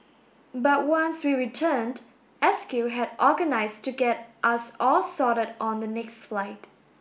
but once we returned S Q had organised to get us all sorted on the next flight